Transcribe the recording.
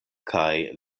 kaj